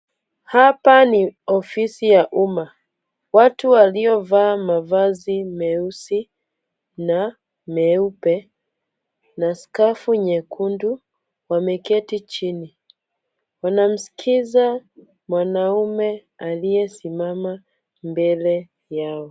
Hapa ni ofisi ya umma. Watu waliovaa mavazi meusi na meupe na skafu nyekundu wameketi chini. Wanamsikiza mwanaume aliyesimama mbele yao.